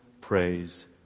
praise